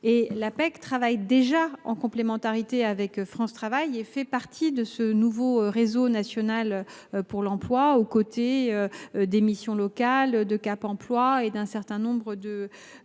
que l’Apec travaille déjà en complémentarité avec France Travail et fait partie intégrante de ce nouveau réseau national pour l’emploi aux côtés des missions locales, de Cap emploi et d’un certain nombre